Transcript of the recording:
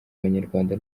abanyarwanda